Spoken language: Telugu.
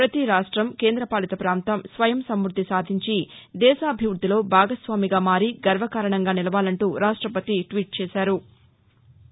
ప్రతి రాష్టం కేంద్ర పాలిత ప్రాంతం స్వయం సమ్బద్ది సాధించి దేశాభివృద్దిలో భాగస్వామిగా మారి గర్వకారణంగా నిలవాలంటూ రాష్టపతి ట్వీట్ చేశారు